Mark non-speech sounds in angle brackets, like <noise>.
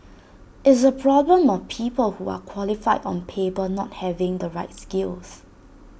<noise> it's A problem of people who are qualified on paper not having the right skills